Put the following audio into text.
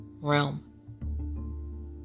realm